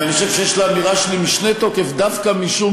ואני חושב שיש לאמירה שלי משנה תוקף דווקא משום